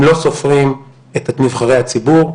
הם לא סופרים את נבחרי הציבור,